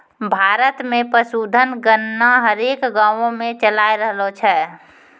भारत मे पशुधन गणना हरेक गाँवो मे चालाय रहलो छै